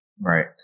Right